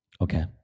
Okay